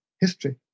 history